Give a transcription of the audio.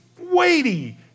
weighty